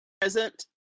Present